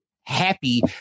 happy